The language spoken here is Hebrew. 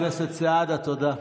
חבר הכנסת סעדה, תודה.